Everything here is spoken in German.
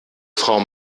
frau